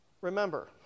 Remember